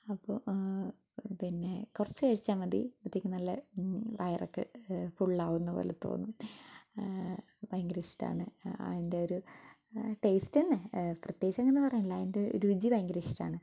അപ്പോൾ പിന്നെ കുറച്ച് കഴിച്ചാൽ മതി അപ്പോഴത്തേക്കും നല്ല വയറൊക്കെ ഫുൾ ആവുന്ന പോലെ തോന്നും ഭയങ്കര ഇഷ്ടമാണ് അതിന്റെ ഒരു ടേസ്റ്റുതന്നെ പ്രത്യേകിച്ച് അങ്ങനെ പറയാനില്ല അതിന്റെ രുചി ഭയങ്കര ഇഷ്ടമാണ്